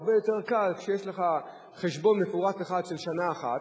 הרבה יותר קל כשיש לך חשבון מפורט אחד של שנה אחת,